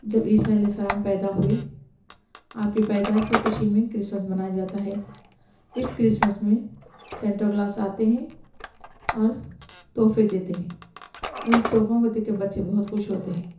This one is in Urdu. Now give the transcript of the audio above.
جب عیسیٰ علیہ السلام پیدا ہوئے آپ کے پیدائش کو خوشی میں کرسمس منائے جاتا ہے اس کرسمس میں سینٹا کلاس آتے ہیں اور تحفے دیتے ہیں اور اس تحفوں کو دیکھ کے بچے بہت خوش ہوتے ہیں